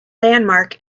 landmark